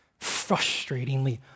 frustratingly